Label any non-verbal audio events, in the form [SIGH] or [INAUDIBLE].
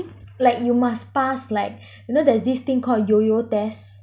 like you must pass like [BREATH] you know there's this thing called Yo-Yo test